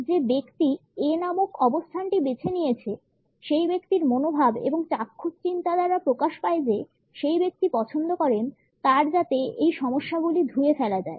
যে ব্যক্তি A নামক অবস্থানটি বেছে নিয়েছে সেই ব্যক্তির মনোভাব বা চাক্ষুষ চিন্তা দ্বারা প্রকাশ পায় যে সেই ব্যক্তি পছন্দ করেন তার যাতে এই সমস্যাগুলি ধুয়ে ফেলা যায়